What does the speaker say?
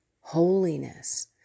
holiness